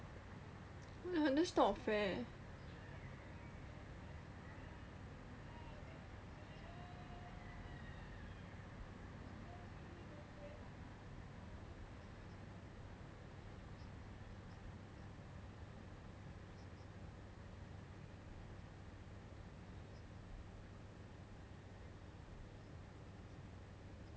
that's not fair